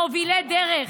מובילי דרך,